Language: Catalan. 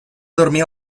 dormir